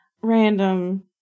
random